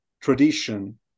tradition